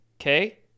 okay